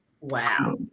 wow